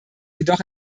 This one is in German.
jedoch